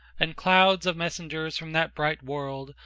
and clouds of messengers from that bright world,